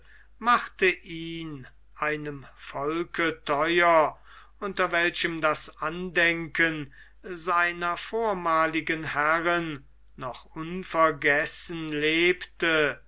machte ihn einem volke theuer unter welchem das andenken seiner vormaligen herren noch unvergessen lebte